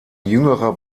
jüngerer